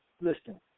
Listen